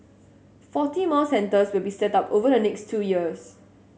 forty more centres will be set up over the next two years